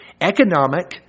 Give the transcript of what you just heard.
economic